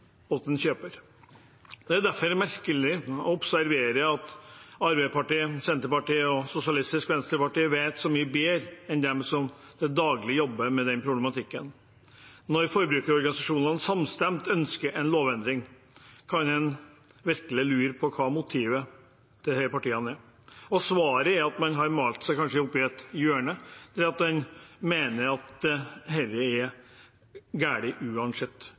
kjøper. Det er derfor merkelig å observere at Arbeiderpartiet, Senterpartiet og Sosialistisk Venstreparti vet så mye bedre enn dem som til daglig jobber med problematikken. Når forbrukerorganisasjonene samstemt ønsker en lovendring, kan en virkelig lure på hva motivet til disse partiene er. Svaret er kanskje at en har malt seg opp i et hjørne, eller at en mener at dette er galt uansett – ikke vet jeg. Det jeg imidlertid vet, er